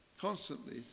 constantly